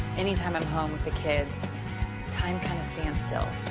any time i'm home with the kids, time kind of stands still.